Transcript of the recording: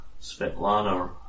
Svetlana